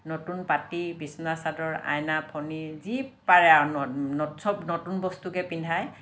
নতুন পাটি বিছনা চাদৰ আইনা ফনি যি পাৰে আৰু চব নতুন বস্তুকে পিন্ধাই